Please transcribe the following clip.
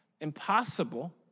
impossible